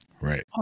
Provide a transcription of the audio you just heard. Right